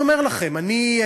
אני אומר לכם: אני,